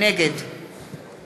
נגד